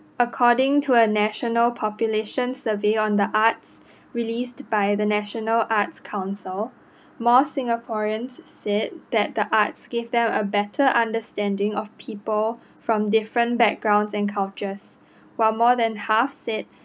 according to a national population survey on the arts released by the national arts council more singaporeans said that the arts give them a better understanding of people from different backgrounds and cultures while more than half said